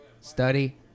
Study